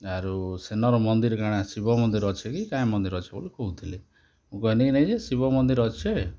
ଆରୁ ସେନର୍ ମନ୍ଦିର କାଣା ଶିବ ମନ୍ଦିର କାଣା ଅଛେ କି କାଏଁ ମନ୍ଦିର୍ ଅଛେ ବୋଲି କହୁଥିଲେ ମୁଇଁ କହେଲି କି ନାଇ ଶିବ ମନ୍ଦିର୍ ଅଛେ